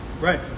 Right